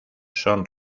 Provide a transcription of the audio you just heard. son